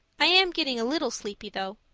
i am getting a little sleepy, though.